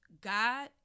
God